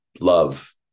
love